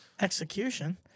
execution